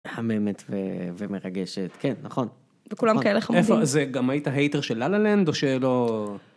מהממת ומרגשת, כן, נכון. וכולם כאלה חמודים. איפה, זה גם היית הייטר של ללה לנד או שלא...